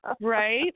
right